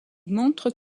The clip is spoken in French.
montre